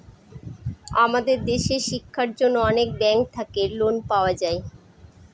আমাদের দেশের শিক্ষার জন্য অনেক ব্যাঙ্ক থাকে লোন পাওয়া যাবে